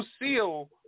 Lucille